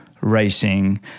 racing